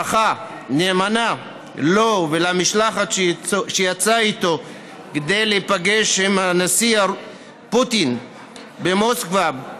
ברכה נאמנה לו ולמשלחת שיצאה איתו כדי להיפגש עם הנשיא פוטין במוסקבה,